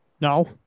No